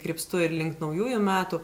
krypstu ir link naujųjų metų